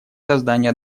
создании